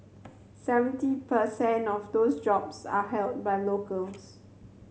seventy per cent of those jobs are held by locals